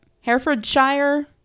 Herefordshire